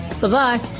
Bye-bye